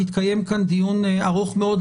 התקיים כאן דיון ארוך מאוד,